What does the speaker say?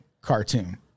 cartoon